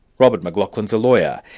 robert mclachlan's a lawyer.